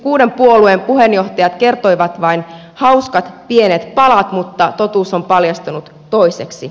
kuuden puolueen puheenjohtajat kertoivat vain hauskat pienet palat mutta totuus on paljastunut toiseksi